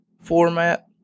format